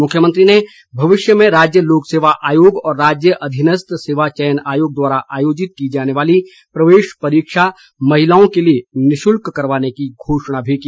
मुख्यमंत्री ने भविष्य में राज्य लोक सेवा आयोग और राज्य अधीनस्थ सेवा चयन आयोग द्वारा आयोजित की जाने वाली प्रवेश परीक्षा महिलाओं के लिए निःशुल्क करवाने की घोषणा की